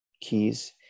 keys